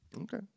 Okay